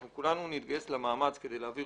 אנחנו כולנו נתגייס למאמץ כדי להעביר